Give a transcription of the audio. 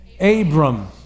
Abram